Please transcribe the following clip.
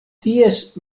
ties